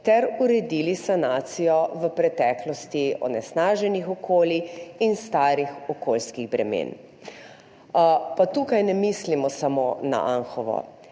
ter uredili sanacijo v preteklosti onesnaženih okolij in starih okoljskih bremen. Pa tukaj ne mislimo samo na Anhovo.